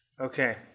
Okay